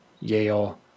Yale